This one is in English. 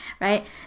right